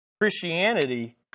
Christianity